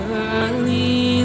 early